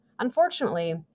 Unfortunately